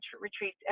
retreat